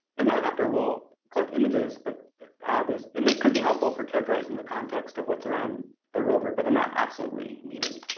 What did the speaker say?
and the helicopter will collect images but those and they could be helpful for characterizing the context of what's around the rover but they're not absolutely needed.